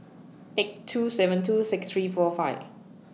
eight two seven two six three four five